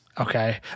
Okay